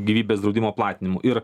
gyvybės draudimo platinimu ir